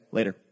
Later